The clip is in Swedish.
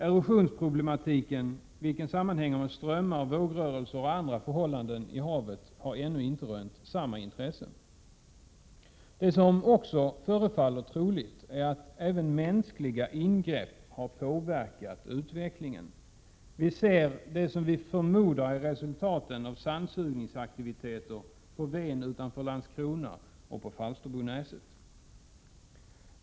Erosionsproblematiken, vilken sammanhänger med strömmar, vågrörelser och andra förhållanden i havet, har ännu inte rönt samma intresse. Det som också förefaller troligt är att även mänskliga ingrepp har påverkat utvecklingen. Vi ser det som vi förmodar är resultatet av sandsugningsaktiviteter på Ven utanför Landskrona och på Falsterbonäset.